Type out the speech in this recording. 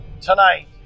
tonight